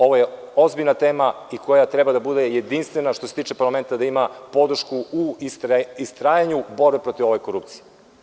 Ovo je ozbiljna tema i treba da bude jedinstvena, što se tiče parlamenta, da ima podršku u istrajanju u borbi protiv korupcije.